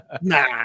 Nah